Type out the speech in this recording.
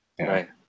right